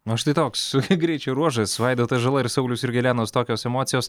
na štai toks greičio ruožas vaidotas žala ir saulius jurgelėnas tokios emocijos